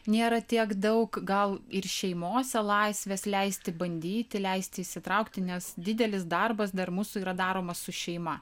nėra tiek daug gal ir šeimose laisvės leisti bandyti leisti įsitraukti nes didelis darbas dar mūsų yra daromas su šeima